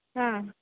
हा